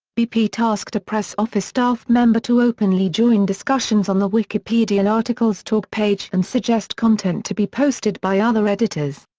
bp tasked a press office staff member to openly join discussions on the wikipedia article's talk page and suggest content to be posted by other editors.